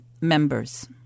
members